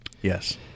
Yes